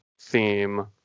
theme